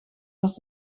was